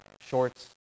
shorts